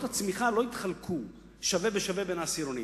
הצמיחה לא התחלקו שווה בשווה בין העשירונים.